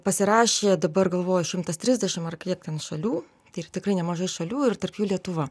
pasirašė dabar galvoju šimtas trisdešim ar kiek ten šalių ir tikrai nemažai šalių ir tarp jų lietuva